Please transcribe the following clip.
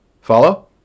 Follow